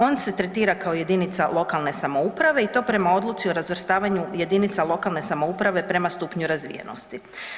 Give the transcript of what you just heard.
On se tretira kao jedinica lokalne samouprave i to prema odluci o razvrstavanju jedinica lokalne samouprave prema stupnju razvijenosti.